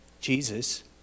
Jesus